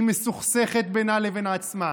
שהיא מסוכסכת בינה לבין עצמה,